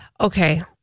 Okay